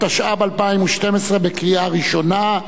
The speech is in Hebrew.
התשע"ב 2012, בקריאה ראשונה.